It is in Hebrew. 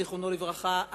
זיכרונו לברכה,